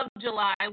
July